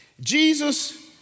Jesus